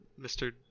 Mr